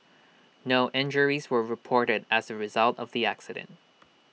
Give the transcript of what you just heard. no injuries were reported as A result of the accident